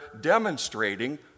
demonstrating